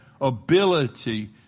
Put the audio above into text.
ability